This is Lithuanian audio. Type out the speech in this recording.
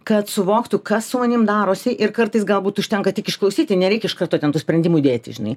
kad suvoktų kas su manim darosi ir kartais galbūt užtenka tik išklausyti nereikia iš karto ten tų sprendimų dėti žinai